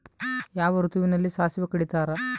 ಯಾವ ಋತುವಿನಲ್ಲಿ ಸಾಸಿವೆ ಕಡಿತಾರೆ?